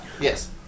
Yes